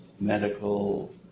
medical